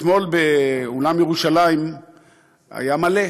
אתמול אולם ירושלים היה מלא.